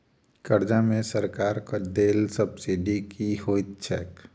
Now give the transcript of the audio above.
कर्जा मे सरकारक देल सब्सिडी की होइत छैक?